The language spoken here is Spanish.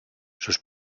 sus